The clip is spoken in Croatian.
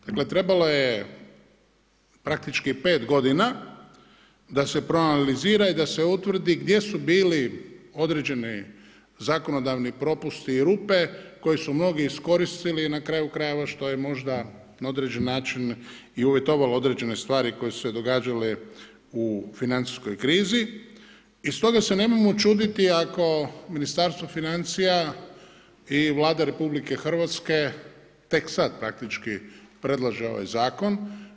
Dakle trebalo je praktički 5 godina da se proanalizira i da se utvrdi gdje su bili određeni zakonodavni propusti i rupe koje su mnogi iskoristili i na kraju krajeva što je možda na određeni način i uvjetovalo određene stvari koje su se događale u financijskoj krizi, i stoga se nemojmo čuditi ako Ministarstvo financija i Vlada RH tek sad praktički predlaže ovaj zakon.